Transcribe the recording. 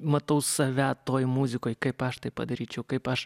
matau save toj muzikoj kaip aš tai padaryčiau kaip aš